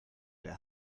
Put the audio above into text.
der